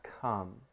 come